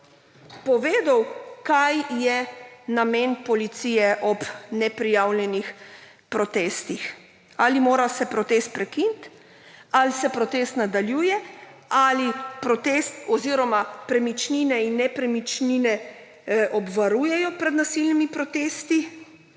povedal, kaj je namen policije ob neprijavljenih protestih. Ali se mora protest prekiniti, ali se protest nadaljuje? Ali protest oziroma premičnine in nepremičnine obvarujejo pred nasilnimi protesti?